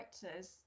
characters